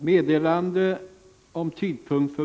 Herr talman!